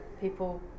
people